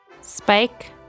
Spike